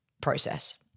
process